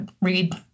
Read